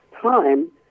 time